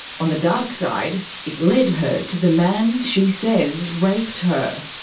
on the dark side, it led her to the man she says raped her.